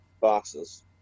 boxes